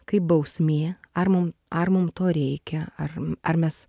kaip bausmė ar mum ar mum to reikia ar ar mes